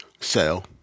Sell